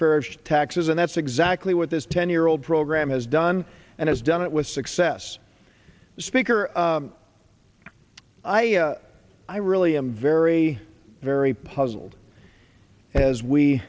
farish taxes and that's exactly what this ten year old program has done and has done it with success speaker i i really i'm very very puzzled as we